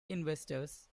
investors